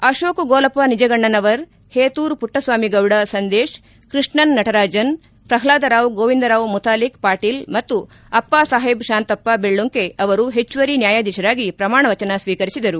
ಅಕೋಕ್ ಗೋಲಪ್ಪ ನಿಜಗಣ್ಣನವರ್ ಹೇತೂರ್ ಪುಟ್ಟಸ್ವಾಮಿ ಗೌಡ ಸಂದೇಶ್ ಕೃಷ್ಣನ್ ನಟರಾಜನ್ ಪ್ರಪ್ಲಾದರಾವ್ ಗೋವಿಂದರಾವ್ ಮುತಾಲಿಕ್ ಪಾಟೀಲ್ ಮತ್ತು ಅಪ್ಪಾಸಾಹೇಬ್ ಶಾಂತಪ್ಪ ಬೆಳ್ಳುಂಕೆ ಅವರು ಹೆಚ್ಚುವರಿ ನ್ಗಾಯಾಧೀಶರಾಗಿ ಪ್ರಮಾಣವಚನ ಸ್ತೀಕರಿಸಿದರು